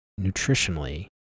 nutritionally